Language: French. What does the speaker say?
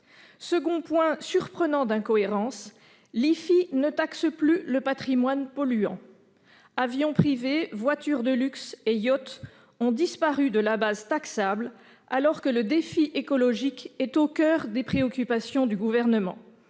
Second point surprenant d'incohérence : l'IFI ne taxe plus le patrimoine polluant. Avions privés, voitures de luxe et yachts ont disparu de la base taxable, alors que le défi écologique est au coeur des préoccupations du Gouvernement.